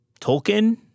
Tolkien